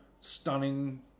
stunning